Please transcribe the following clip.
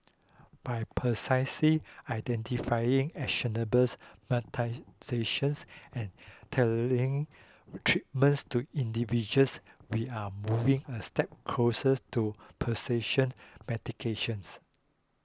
by precisely identifying and tailoring treatments to individuals we are moving a step closes to medications